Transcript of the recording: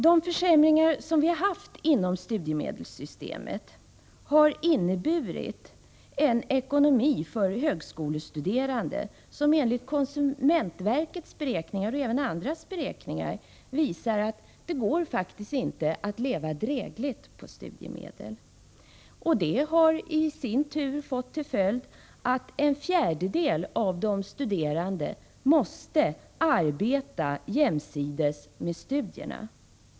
De försämringar som vi upplevt inom studiemedelssystemet har enligt konsumentverkets beräkningar, och även andras beräkningar, inneburit att högskolestuderande faktiskt inte kan leva drägligt på studiemedel. Det har i sin tur fått till följd att en fjärdedel av de studerande måste arbeta jämsides med studierna.